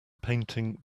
painting